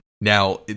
Now